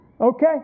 okay